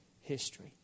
history